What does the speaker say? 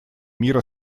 мира